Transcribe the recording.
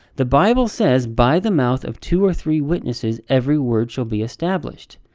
the bible says, by the mouth of two or three witnesses, every word shall be established.